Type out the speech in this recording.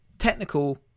technical